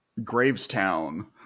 Gravestown